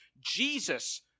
Jesus